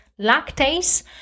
lactase